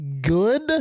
good